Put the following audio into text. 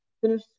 finish